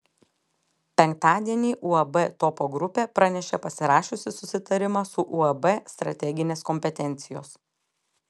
penktadienį uab topo grupė pranešė pasirašiusi susitarimą su uab strateginės kompetencijos